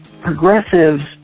progressives